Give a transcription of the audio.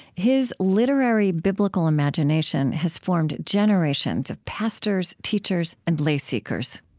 his literary biblical imagination has formed generations of pastors, teachers, and lay seekers